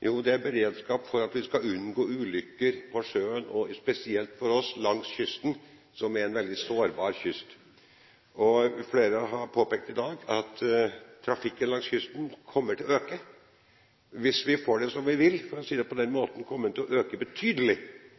Jo, det er beredskap for at vi skal unngå ulykker på sjøen, og spesielt hos oss langs kysten, for vi har en veldig sårbar kyst. Flere har i dag påpekt at trafikken langs kysten kommer til å øke betydelig hvis vi – for å si det på den måten – får det som vi vil. Og om vi ikke får det som vi vil, kommer den til å øke